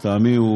לטעמי,